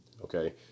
Okay